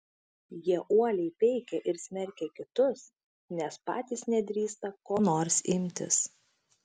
jie uoliai peikia ir smerkia kitus nes patys nedrįsta ko nors imtis